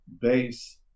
base